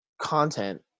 content